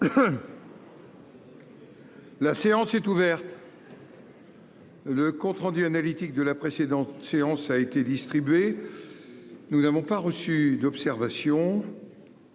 La séance est ouverte. Le compte rendu analytique de la précédente séance a été distribué. Il n'y a pas d'observation